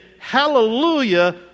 Hallelujah